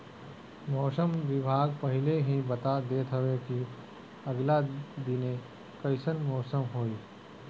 मौसम विज्ञानी पहिले ही बता देत हवे की आगिला दिने कइसन मौसम होई